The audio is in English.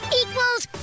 equals